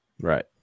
right